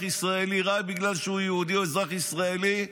ישראלי רק בגלל שהוא יהודי או אזרח ישראלי,